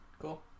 Cool